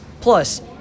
Plus